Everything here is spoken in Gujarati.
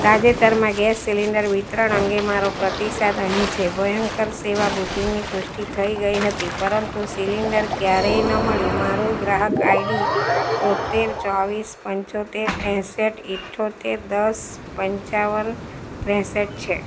તાજેતરનાં ગેસ સિલિન્ડર વિતરણ અંગે મારો પ્રતિસાદ અહીં છે ભયંકર સેવા બુકિંગની પુષ્ટિ થઈ ગઈ હતી પરંતુ સિલિન્ડર ક્યારેય ન મળ્યું મારું ગ્રાહક આઈડી તોંતેર ચોવીસ પંચોતેર ત્રેસઠ ઇઠ્ઠોતેર દસ પંચાવન પાંસઠ છે